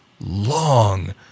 long